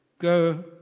Go